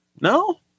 No